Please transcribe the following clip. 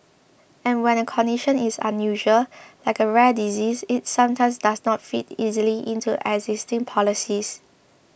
and when a condition is unusual like a rare disease it sometimes does not fit easily into existing policies